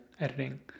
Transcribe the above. editing